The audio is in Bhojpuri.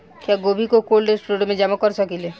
क्या गोभी को कोल्ड स्टोरेज में जमा कर सकिले?